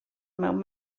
mewn